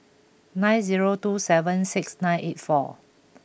nine zero two seven six nine eight four